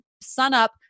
sunup